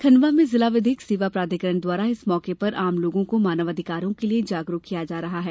खंडवा में जिला विधिक सेवा प्राधिकरण द्वारा इस मौके पर आम लोगों को मानव अधिकारों के लिये जागरूक किया जा रहा है